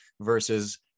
versus